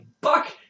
buck